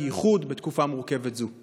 בייחוד בתקופה מורכבת זו.